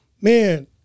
man